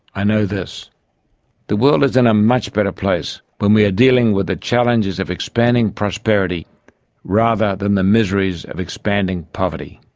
i know this the world is in a much better place when we are dealing with the challenges of expanding prosperity rather than the miseries of expanding poverty.